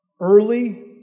early